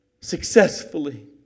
successfully